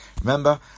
Remember